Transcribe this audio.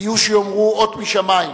יהיו שיאמרו, אות משמים.